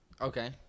Okay